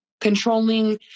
Controlling